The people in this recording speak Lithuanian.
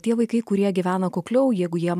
tie vaikai kurie gyvena kukliau jeigu jie